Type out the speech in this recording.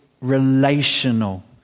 relational